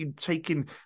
taking